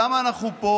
למה אנחנו פה